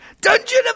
Dungeon